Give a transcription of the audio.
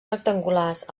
rectangulars